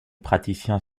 praticiens